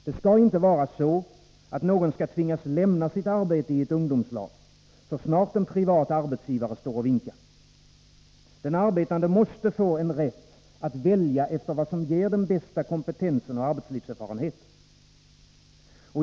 Det skall inte vara så att någon skall tvingas lämna sitt arbete i ett ungdomslag så snart en privat arbetsgivare står och vinkar. Den arbetande måste få en rätt att välja efter vad som ger den bästa kompetensen och arbetslivserfarenheten.